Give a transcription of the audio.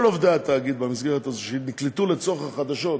כל עובדי התאגיד במסגרת הזאת שנקלטו לצורך החדשות,